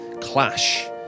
clash